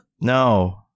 No